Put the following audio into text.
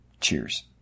Cheers